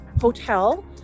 Hotel